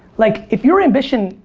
like, if your ambition,